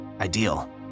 ideal